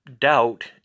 doubt